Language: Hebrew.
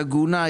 הגונה,